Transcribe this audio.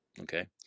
okay